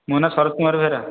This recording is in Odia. ମୋ ନାଁ ଶରତ କୁମାର ବେହେରା